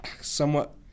somewhat